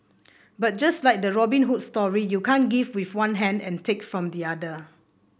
but just like the Robin Hood story you can't give with one hand and take from the other